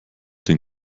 den